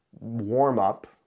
warm-up